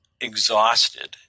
exhausted